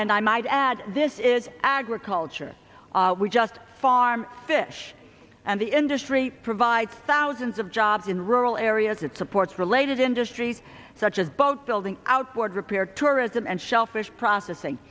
and i might add this is agriculture we just farm fish and the industry provide thousands of jobs in rural areas it supports related industries such as boat building outboard repair tourism and shellfish processing